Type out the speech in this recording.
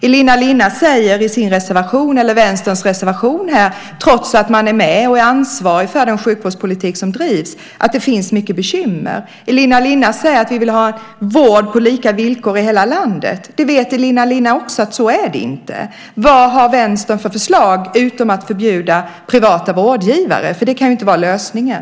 Elina Linna säger i Vänsterns reservation, trots att man är med och är ansvarig för den sjukvårdspolitik som drivs, att det finns mycket bekymmer. Elina Linna säger att man vill ha vård på lika villkor i hela landet. Elina Linna vet att det inte är så. Vad har Vänstern för förslag utom att förbjuda privata vårdgivare? För det kan ju inte vara lösningen.